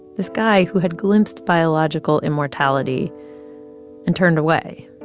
this guy who had glimpsed biological immortality and turned away.